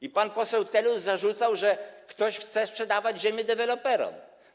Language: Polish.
I pan poseł Telus zarzucał, że ktoś chce sprzedawać ziemię deweloperom.